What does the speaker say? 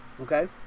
Okay